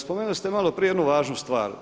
Spomenuli ste malo prije jednu važnu stvar.